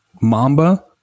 Mamba